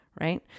Right